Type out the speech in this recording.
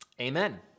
amen